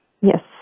Yes